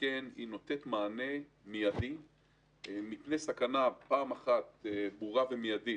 שכן היא נותנת מענה מיידי מפני סכנה ברורה ומיידית.